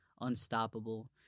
unstoppable